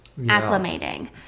acclimating